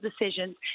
decisions